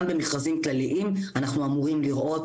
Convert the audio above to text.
גם במכרזים כללים אנחנו אמורים לראות